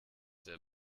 der